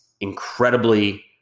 incredibly